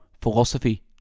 philosophy